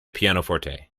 pianoforte